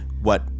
what-